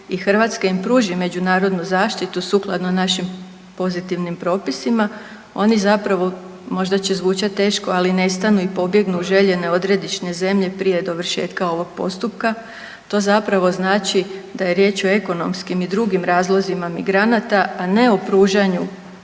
Hrvatska im pruži međunarodnu zaštitu sukladno našim pozitivnim propisima oni zapravo možda će zvučati teško, ali ne stanu i pobjegnu željene odredišne zemlje prije dovršetka ovog postupka. To zapravo znači da je riječ o ekonomskim i drugim razlozima migranata, a ne o pružanju